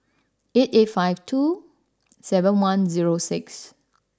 eight eight five two seven one zero six